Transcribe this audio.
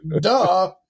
Duh